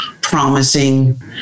promising